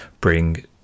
bring